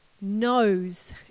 knows